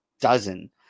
dozen